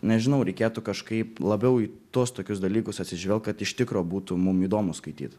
nežinau reikėtų kažkai labiau į tuos tokius dalykus atsižvelg kad iš tikro būtų mum įdomu skaityt